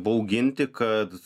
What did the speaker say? bauginti kad